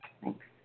Thanks